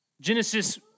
Genesis